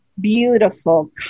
beautiful